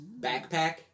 Backpack